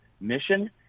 mission